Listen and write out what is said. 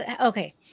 Okay